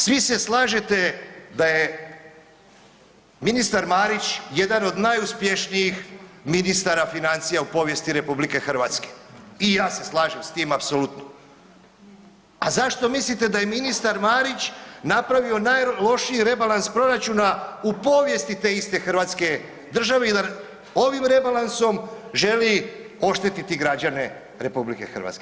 Svi se slažete da je ministar jedan od najuspješnijih ministara financija u povijesti RH, i ja se slažem s tim apsolutno, a zašto mislite da je ministar Marić napravio najlošiji rebalans proračuna u povijesti te iste hrvatske države i da ovim rebalansom želi oštetiti građane RH?